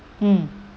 mm